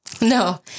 No